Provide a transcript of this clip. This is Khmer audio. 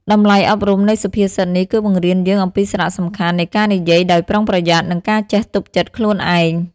តម្លៃអប់រំនៃសុភាសិតនេះគឺបង្រៀនយើងអំពីសារៈសំខាន់នៃការនិយាយដោយប្រុងប្រយ័ត្ន និងការចេះទប់ចិត្តខ្លួនឯង។